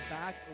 back